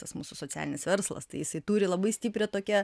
tas mūsų socialinis verslas tai jisai turi labai stiprią tokią